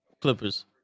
Clippers